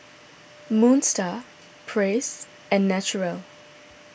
Moon Star Praise and Naturel